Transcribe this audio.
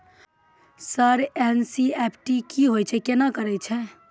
Sir NEFT की होय छै, केना करे छै?